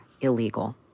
illegal